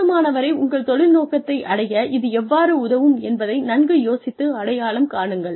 கூடுமானவரை உங்கள் தொழில் நோக்கத்தை அடைய இது எவ்வாறு உதவும் என்பதை நன்கு யோசித்து அடையாளம் காணுங்கள்